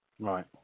Right